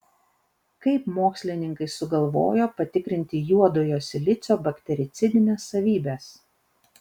kaip mokslininkai sugalvojo patikrinti juodojo silicio baktericidines savybes